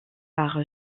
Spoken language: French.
par